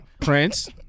Prince